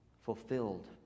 fulfilled